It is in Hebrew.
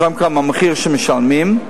קודם כול מהמחיר שמשלמים,